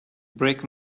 break